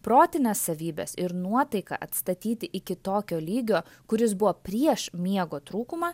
protines savybes ir nuotaiką atstatyti iki tokio lygio kuris buvo prieš miego trūkumą